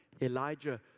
Elijah